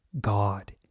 God